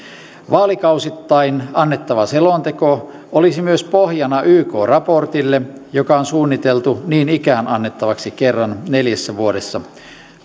vaalikausittain annettava selonteko olisi myös pohjana yk raportille joka on suunniteltu niin ikään annettavaksi kerran neljässä vuodessa